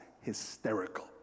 hysterical